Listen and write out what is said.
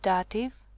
Dative